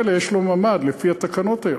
ממילא יש לו ממ"ד לפי התקנות היום,